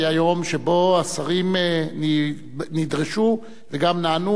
היה יום שבו השרים נדרשו וגם נענו